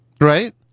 right